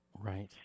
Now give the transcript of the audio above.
Right